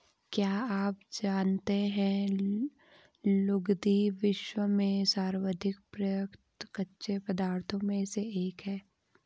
क्या आप जानते है लुगदी, विश्व में सर्वाधिक प्रयुक्त कच्चे पदार्थों में से एक है?